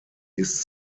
ist